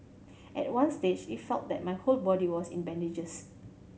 at one stage it felt like my whole body was in bandages